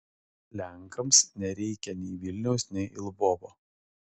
lenkams nereikia nei vilniaus nei lvovo